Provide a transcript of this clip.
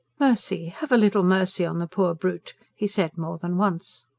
mercy. have a little mercy on the poor brute, he said more than once.